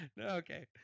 Okay